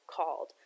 called